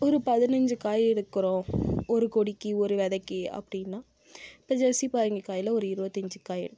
ஒரு பதினஞ்சு காய் எடுக்குறோம் ஒரு கொடிக்கு ஒரு வெதைக்கி அப்படின்னா இப்போ ஜெஸ்ஸி பரங்கிக்காயில் ஒரு இருபத்தஞ்சி காய் இருக்கு